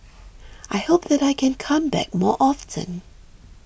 I hope that I can come back more often